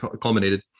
culminated